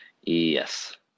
Yes